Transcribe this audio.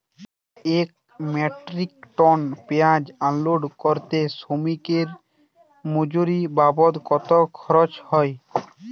এক metric ton পেঁয়াজ unload করতে শ্রমিকের মজুরি বাবদ কত খরচ হয়?